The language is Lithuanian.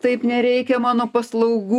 taip nereikia mano paslaugų